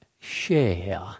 share